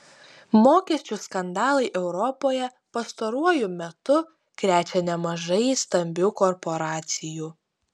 mokesčių skandalai europoje pastaruoju metu krečia nemažai stambių korporacijų